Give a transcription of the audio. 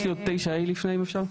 יש לי עוד 9(ה) לפני אם אפשר.